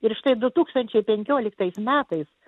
ir štai du tūkstančiai penkioliktais metais